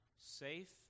safe